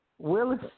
Willis